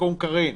הצבעה